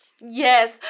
Yes